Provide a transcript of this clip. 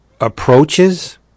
approaches